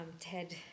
Ted